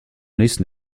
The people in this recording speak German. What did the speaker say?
nächsten